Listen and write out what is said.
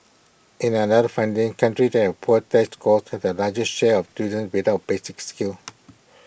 in another findings countries that had poor test scores had the largest share of students without basic skills